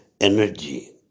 energy